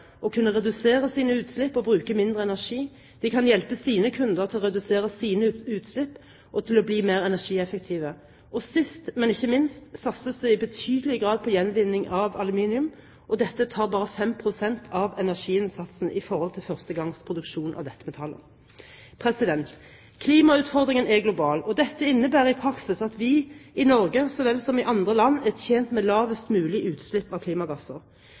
å kunne redusere sine utslipp og bruke mindre energi, den kan hjelpe sine kunder til å redusere sine utslipp og til å bli mer energieffektive. Sist, men ikke minst satses det i betydelig grad på gjenvinning av aluminium, og dette tar bare 5 pst. av energiinnsatsen i forhold til første gangs produksjon av dette metallet. Klimautfordringen er global, og dette innebærer i praksis at vi i Norge, så vel som i andre land, er tjent med lavest mulig utslipp av klimagasser.